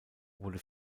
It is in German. wurde